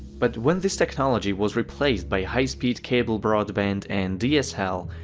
but when this technology was replaced by high-speed cable-broadband and dsl,